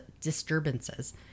disturbances